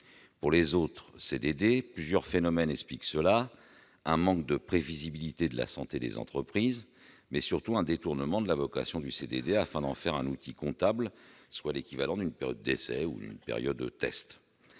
Pour les autres CDD, plusieurs phénomènes expliquent ce constat : un manque de prévisibilité en matière de santé des entreprises, mais surtout un détournement de la vocation du CDD, dont on fait un outil comptable, soit l'équivalent d'une période d'essai ou d'une période de test.